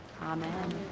Amen